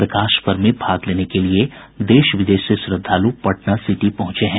प्रकाश पर्व में भाग लेने के लिये देश विदेश से श्रद्धालु पटना सिटी पहुंचे हैं